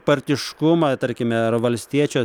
partiškumą tarkime ar valstiečių